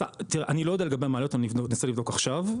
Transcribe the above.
אני לא יודע לגבי המעליות, אני יכול לבדוק עכשיו.